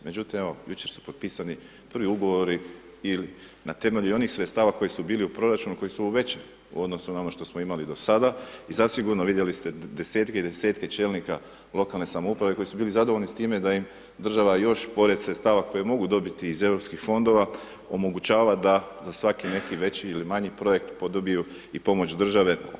Međutim, evo jučer su potpisani prvi ugovori i na temelju onih sredstava koji su bili u proračunu i koji su već u odnosu na ono što smo imali do sada i zasigurno, vidjeli ste, desetke i desetke čelnika lokalne samouprave koji su bili zadovoljni s time da im država još pored sredstava koje mogu dobiti iz EU fondova omogućava da za svaki neki veći ili manji projekt dobiju i pomoć države.